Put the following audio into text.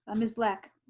ah ms. black.